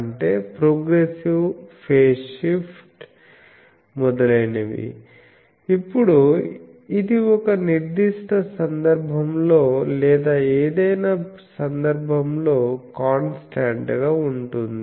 అంటే progressive phase shift మొదలైనవి ఇప్పుడు ఇది ఒక నిర్దిష్ట సందర్భంలో లేదా ఏదైనా సందర్భంలో కాన్స్టాంట్ గా ఉంటుంది